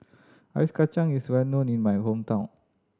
ice kacang is well known in my hometown